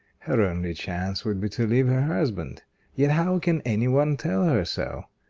her only chance would be to leave her husband yet how can any one tell her so?